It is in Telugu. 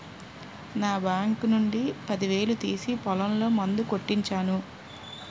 నా బాంకు నుండి పదివేలు తీసి పొలంలో మందు కొట్టించాను